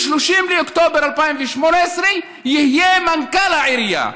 מ-30 באוקטובר 2018, יהיה מנכ"ל העירייה.